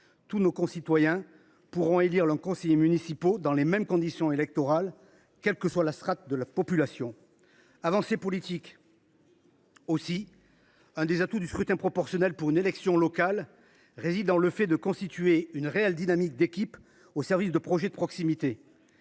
tous nos concitoyens pourront élire leurs conseillers municipaux dans les mêmes conditions électorales, quelle que soit la strate de population de la commune concernée. Avancée politique, ensuite, car le scrutin proportionnel pour une élection locale permet de constituer une réelle dynamique d’équipe au service de projets de proximité.